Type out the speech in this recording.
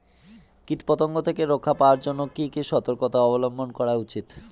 কীটপতঙ্গ থেকে রক্ষা পাওয়ার জন্য কি কি সর্তকতা অবলম্বন করা উচিৎ?